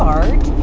art